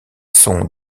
sont